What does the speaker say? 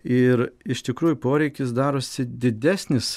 ir iš tikrųjų poreikis darosi didesnis